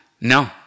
No